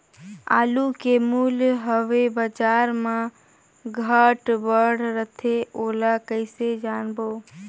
आलू के मूल्य हवे बजार मा घाट बढ़ा रथे ओला कइसे जानबो?